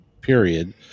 period